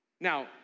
Now